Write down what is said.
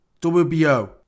WBO